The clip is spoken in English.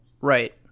Right